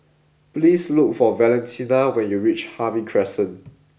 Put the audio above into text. please look for Valentina when you reach Harvey Crescent